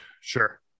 Sure